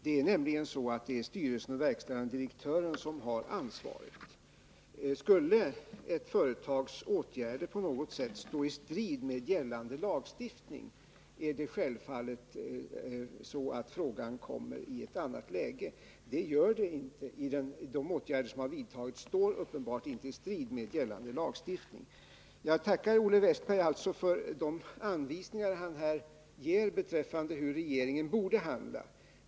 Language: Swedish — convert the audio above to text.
Det är nämligen så att det är styrelsen och verkställande direktören som har ansvaret. Skulle ett företags åtgärder på något sätt stå i strid med gällande lagstiftning, kommer frågan självfallet i ett annat läge. Men de åtgärder som här vidtagits står uppenbarligen inte i strid med gällande lagstiftning. Jag tackar Olle Wästberg för de anvisningar han här gett om hur regeringen borde handla.